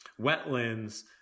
wetlands